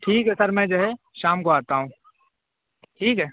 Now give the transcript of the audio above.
ٹھیک ہے سر میں جو ہے شام کو آتا ہوں ٹھیک ہے